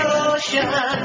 ocean